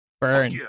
Burn